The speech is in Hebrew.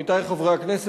עמיתי חברי הכנסת,